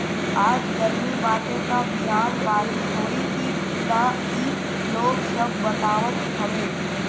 आज गरमी बाटे त बिहान बारिश होई की ना इ लोग सब बतावत हवे